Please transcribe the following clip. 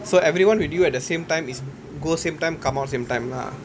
so everyone with you at the same time is go same time come out same time lah